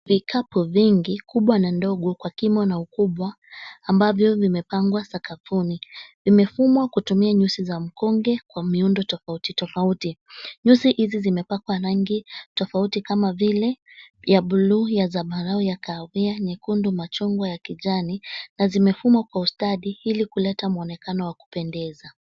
Vikapu vingi, kubwa na ndogo kwa kimo na ukubwa ambavyo vimepangwa sakafuni. Vimefumwa kutumia nyusi za mkonge kwa miundo tofauti tofauti. Nyusi hizi zimepakwa rangi tofauti kama vile ya bluu, ya zambarau, ya kahawia, nyekundu, machungwa, ya kijani na zimefumwa kwa ustadi ili kuleta mwonekano wa kupendeza.